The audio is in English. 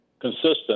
consistent